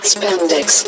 Spandex